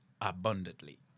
abundantly